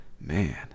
Man